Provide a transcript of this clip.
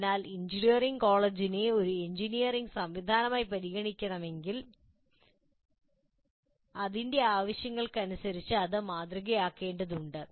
അതിനാൽ എഞ്ചിനീയറിംഗ് കോളേജിനെ ഒരു എഞ്ചിനീയറിംഗ് സംവിധാനമായി പരിഗണിക്കണമെങ്കിൽ അതിന്റെ ആവശ്യങ്ങൾക്കനുസരിച്ച് അത് മാതൃകയാക്കേണ്ടതുണ്ട്